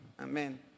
Amen